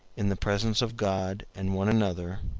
in the presence of god and one another,